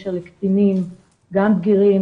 בקשר לקטינים ולבגירים.